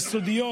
יסודיות,